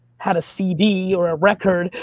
had a cd or a record,